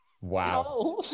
Wow